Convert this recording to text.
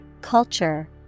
culture